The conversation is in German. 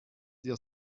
dir